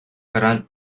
harán